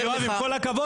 עם כל הכבוד.